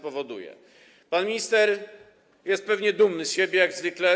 Pan minister jest pewnie dumny z siebie, jak zwykle.